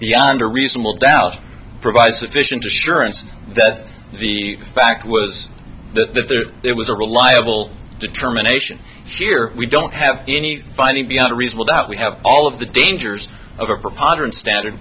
beyond a reasonable doubt provides sufficient assurance that the fact was that the that there was a reliable determination here we don't have any finding beyond a reasonable doubt we have all of the dangers of a preponderance standard